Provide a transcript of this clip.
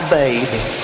baby